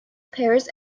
pears